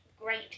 great